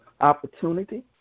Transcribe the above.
opportunity